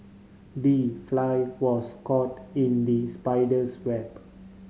the fly was caught in the spider's web